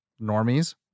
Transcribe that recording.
normies